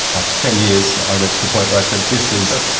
after ten years i reached the point where i said this is,